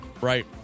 right